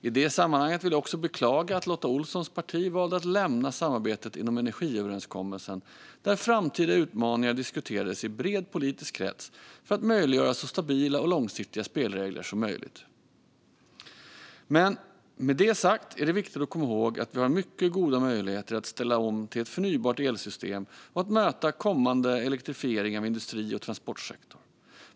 I det sammanhanget vill jag också beklaga att Lotta Olssons parti valde att lämna samarbetet inom energiöverenskommelsen där framtida utmaningar diskuterades i en bred politisk krets för att möjliggöra så stabila och långsiktiga spelregler som möjligt. Men med det sagt är det viktigt att komma ihåg att vi har mycket goda möjligheter att ställa om till ett förnybart elsystem och att möta kommande elektrifiering av industri och transportsektor.